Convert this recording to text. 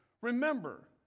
Remember